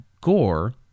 gore